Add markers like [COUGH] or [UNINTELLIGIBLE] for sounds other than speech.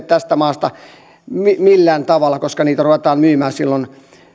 [UNINTELLIGIBLE] tästä maasta millään tavalla koska niitä ruvetaan myymään silloin